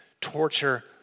torture